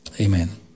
Amen